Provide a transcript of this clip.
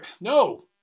no